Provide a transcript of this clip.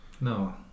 No